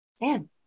man